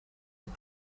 een